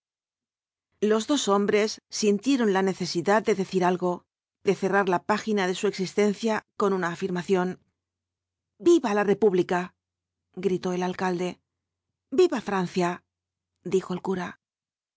los dos hombres sintieron la necesidad de decir algo de cerrar la página de su existencia con una afirmación viva la república gritó el alcalde viva francia dijo el cura